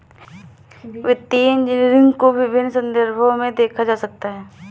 वित्तीय इंजीनियरिंग को विभिन्न संदर्भों में देखा जा सकता है